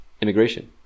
immigration